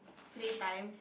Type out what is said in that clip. play time